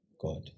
God